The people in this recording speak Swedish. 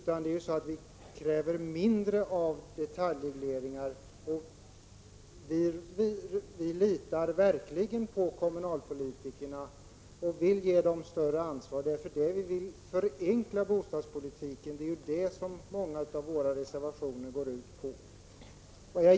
Vi kräver i stället mindre av detaljregle ringar. Vi litar verkligen på kommunalpolitikerna och vill ge dem större ansvar. Det är därför vi vill förenkla bostadspolitiken. Det är vad många av våra reservationer går ut på.